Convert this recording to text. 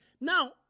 Now